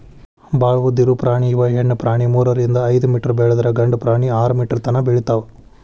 ಭಾಳ ಉದ್ದ ಇರು ಪ್ರಾಣಿ ಇವ ಹೆಣ್ಣು ಪ್ರಾಣಿ ಮೂರರಿಂದ ಐದ ಮೇಟರ್ ಬೆಳದ್ರ ಗಂಡು ಪ್ರಾಣಿ ಆರ ಮೇಟರ್ ತನಾ ಬೆಳಿತಾವ